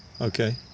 Okay